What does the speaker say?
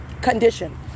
condition